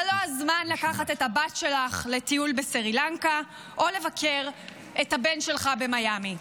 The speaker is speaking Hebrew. זה לא הזמן לקחת את הבת שלך לטיול בסרי לנקה או לבקר את הבן שלך במיאמי.